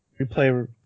replay